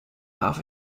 half